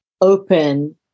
open